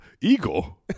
Eagle